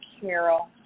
Carol